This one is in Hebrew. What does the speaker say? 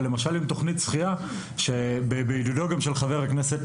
אבל, למשל, עם תכנית שחייה בעידודו של חבר הכנסת